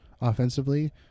offensively